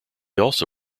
also